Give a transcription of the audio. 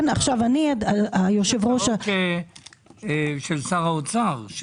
של שר האוצר.